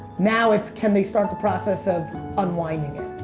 now it's can they start the process of unwinding